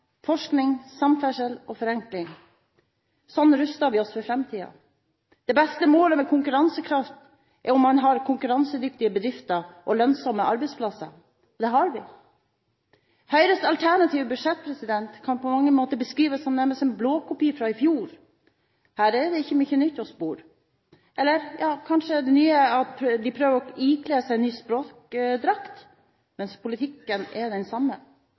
forskning, samferdsel og forenkling. Sånn ruster vi oss for framtiden. Det beste målet på konkurransekraft er om man har konkurransedyktige bedrifter og lønnsomme arbeidsplasser, og det har vi. Høyres alternative budsjett kan på mange måter beskrives som en blåkopi fra i fjor. Her er det ikke mye nytt å spore. Det nye er kanskje at de prøver å ikle seg en ny språkdrakt, mens politikken er den samme.